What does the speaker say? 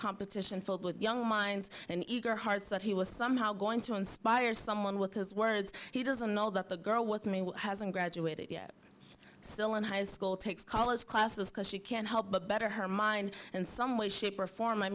competition filled with young minds and eager hearts that he was somehow going to inspire someone with his words he doesn't know that the girl with me who hasn't graduated yet still in high school takes college classes because she can't help but better her mind in some way shape or form i